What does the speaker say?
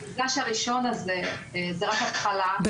המפגש הראשון הזה, זה רק התחלה.